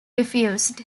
refused